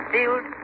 Field